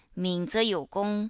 min, ze you gong,